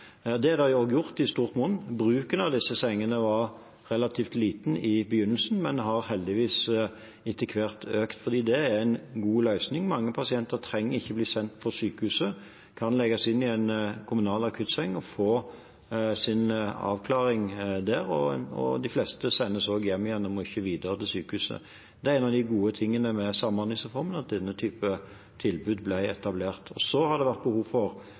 Det har de også gjort i stort monn. Bruken av disse sengene var relativt liten i begynnelsen, men har heldigvis økt etter hvert. For det er en god løsning – mange pasienter trenger ikke bli sendt på sykehuset, de kan legges inn i en kommunal akuttseng og få sin avklaring der. De fleste sendes også hjem igjen og må ikke videre til sykehuset. Det er en av de gode tingene ved samhandlingsreformen at denne typen tilbud ble etablert. Så har det vært behov for